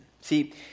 See